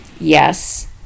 Yes